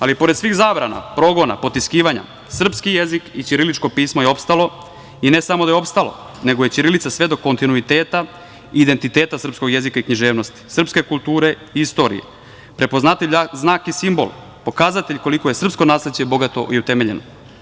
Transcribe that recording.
Ali, i pored svih zabrana, progona, potiskivanja, srpski jezik i ćiriličko pismo je opstalo i ne samo da je opstalo, nego je ćirilica svedok kontinuiteta i identiteta srpskog jezika i književnosti, srpske kulture i istorije, prepoznatljiv znak i simbol, pokazatelj koliko je srpsko nasleđe bogato i utemeljeno.